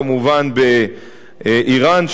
כמובן באירן,